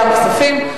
כספים.